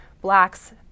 blacks